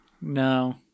No